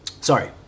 Sorry